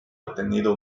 obtenido